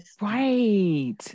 right